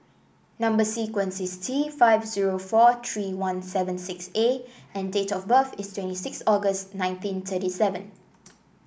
number sequence is T five zero four three one seven six A and date of birth is twenty six August nineteen thirty seven